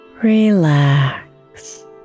Relax